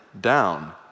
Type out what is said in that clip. down